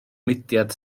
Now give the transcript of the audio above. mudiad